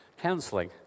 Counseling